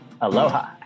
Aloha